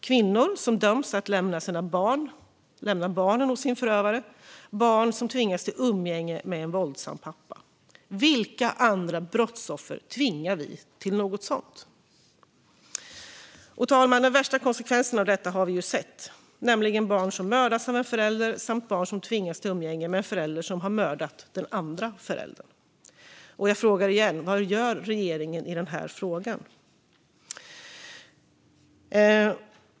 Kvinnor döms att lämna barnen hos förövaren, och barnen tvingas till umgänge med en våldsam pappa. Vilka andra brottsoffer tvingar vi till något sådant? Herr talman! De värsta konsekvenserna av detta har vi sett, nämligen att barn mördats av en förälder samt att barn tvingats till umgänge med en förälder som mördat den andra föräldern. Jag frågar igen: Vad gör regeringen i den här frågan?